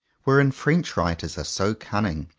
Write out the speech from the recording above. wherein french writers are so cunning,